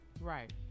right